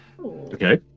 Okay